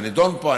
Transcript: זה נדון פה,